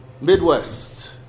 Midwest